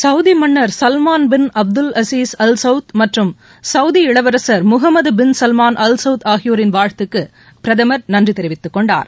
Saudi மன்னர் Salman bin Abdul Aziz Al Saud மற்றும் Saudi இளவரசர் Mohammed bin Salman Al Saud ஆகியோரின் வாழ்த்துக்கு பிரதமர் நன்றி தெரிவித்துக் கொண்டார்